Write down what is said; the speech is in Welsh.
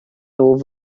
nhw